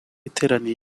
iteraniye